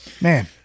man